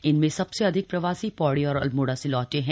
इनमें सबसे अधिक प्रवासी पौड़ी और अल्मोड़ा लौटे हैं